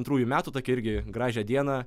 antrųjų metų tokią irgi gražią dieną